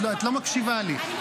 את לא מקשיבה לי.